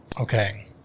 okay